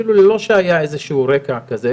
אפילו ללא רקע כזה.